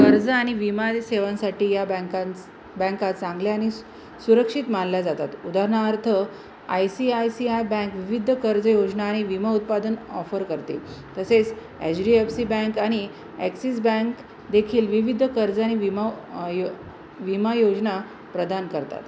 कर्ज आणि विमाच्या सेवांसाठी या बँकांच बँका चांगल्या आणि सु सुरक्षित मानल्या जातात उदाहरणार्थ I C I C bank विविध कर्ज योजना आणि विमा उत्पादन ऑफर करते तसेच H D F C bank आणि ॲक्सिस बँकदेखील विविध कर्ज आणि विमा य विमा योजना प्रदान करतात